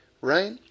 right